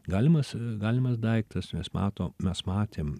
galimas galimas daiktas mes matom mes matėm